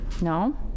no